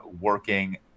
working